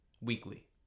weekly